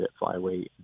flyweight